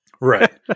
Right